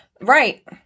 right